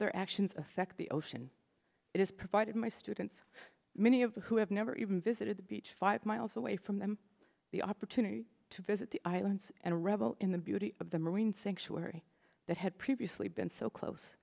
their actions affect the ocean it is provided my students many of them who have never even visited the beach five miles away from them the opportunity to visit the islands and revel in the beauty of the marine sanctuary that had previously been so close